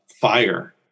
Fire